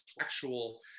actual